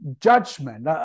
judgment